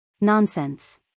Nonsense